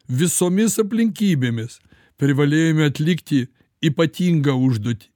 visomis aplinkybėmis privalėjome atlikti ypatingą užduotį